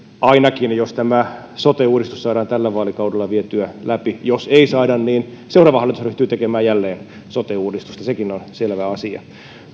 ainakin jos sote uudistus saadaan tällä vaalikaudella vietyä läpi jos ei saada seuraava hallitus ryhtyy jälleen tekemään sote uudistusta sekin on selvä asia